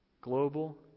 Global